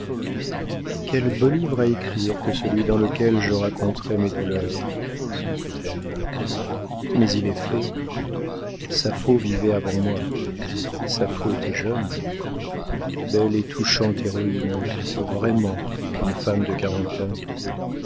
quel beau livre à écrire que celui dans lequel je raconterais mes douleurs se dit elle mais il est fait sapho vivait avant moi sapho était jeune belle et touchante héroïne vraiment qu'une femme de quarante ans